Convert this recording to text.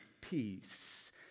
peace